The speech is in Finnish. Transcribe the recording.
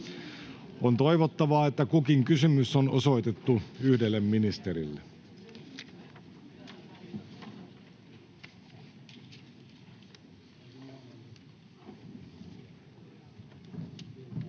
On toivottavaa, että kukin kysymys on osoitettu yhdelle ministerille. Edustaja